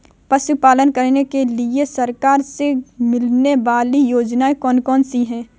पशु पालन करने के लिए सरकार से मिलने वाली योजनाएँ कौन कौन सी हैं?